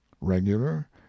regular